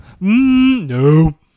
No